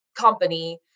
company